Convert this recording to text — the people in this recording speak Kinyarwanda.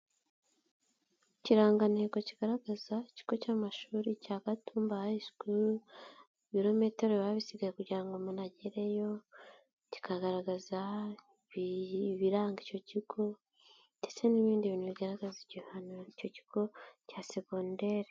Ikirangantego kigaragaza ikigo cy'amashuri cya Gatumba hayi sikuru ibirometero biba bisigaye kugira ngo umuntu agereyo kikagaragaza ibiranga icyo kigo ndetse n'ibindi bintu bigaragaza igihano icyo kigo cya segonderi.